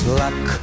luck